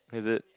is it